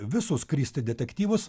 visus kristi detektyvus